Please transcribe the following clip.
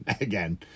again